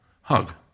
hug